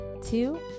two